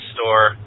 Store